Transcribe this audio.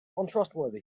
untrustworthy